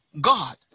God